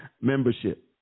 Membership